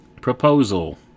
Proposal